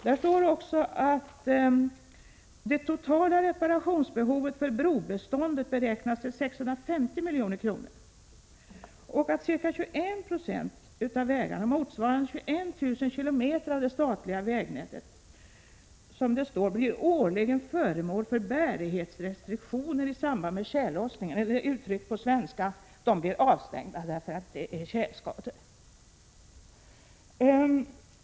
Där står också att det totala reparationsbehovet för brobeståndet beräknas till 650 milj.kr. och att ca 21 26 av vägarna, motsvarande 21 000 km av det statliga vägnätet, årligen blir föremål för bärighetsrestriktioner i samband med tjällossningar, dvs. uttryckt på svenska: de blir avstängda därför att det är tjälskador.